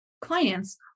clients